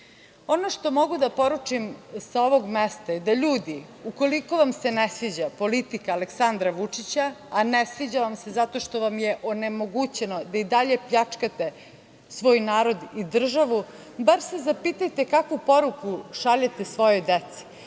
što mogu da poručim sa ovog mesta je da ljudi, ukoliko vam se ne sviđa politika Aleksandra Vučića, a ne sviđa vam se zato što vam je onemogućeno da i dalje pljačkate svoj narod i državu, bar se zapitajte kakvu poruku šaljete svojoj deci.